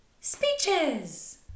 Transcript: Speeches